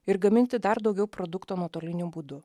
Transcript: ir gaminti dar daugiau produkto nuotoliniu būdu